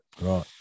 right